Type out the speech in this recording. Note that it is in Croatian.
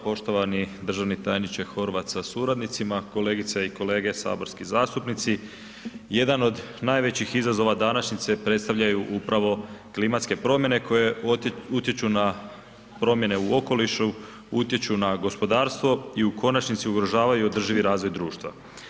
Poštovani državni tajniče Horvat sa suradnicima, kolegice i kolege saborski zastupnici jedan od najvećih izazova današnjice predstavljaju upravo klimatske promjene koje utječu na promjene u okolišu, utječu na gospodarstvo i u konačnici ugrožavaju održivi razvoj društva.